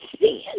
sin